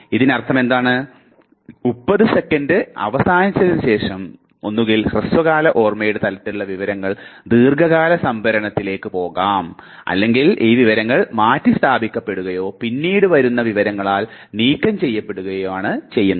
ഇതിനർത്ഥമെന്തെന്നാൽ 30 second അവസാനിച്ചതിന് ശേഷം ഒന്നുകിൽ ഹ്രസ്വകാല ഓർമ്മയുടെ തലത്തിലുള്ള വിവരങ്ങൾ ദീർഘകാല സംഭരണത്തിലേക്ക് പോകാം അല്ലെങ്കിൽ ഈ വിവരങ്ങൾ മാറ്റിസ്ഥാപിക്കപ്പെടുകയോ പിന്നീട് വരുന്ന വിവരങ്ങളാൽ നീക്കം ചെയ്യപ്പെടുകയോ ചെയ്യുന്നു